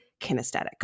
kinesthetic